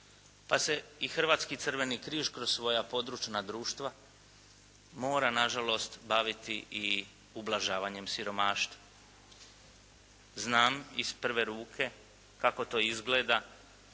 pa se i Hrvatski crveni križ kroz svoja područna društva mora nažalost baviti i ublažavanjem siromaštva. Znam iz prve ruke kako to izgleda